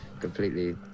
completely